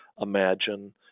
imagine